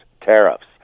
tariffs